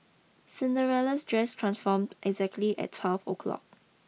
Cinderella's dress transformed exactly at twelve o'clock